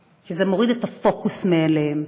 כי זה מוריד את הפוקוס מהם.